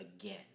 again